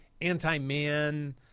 anti-man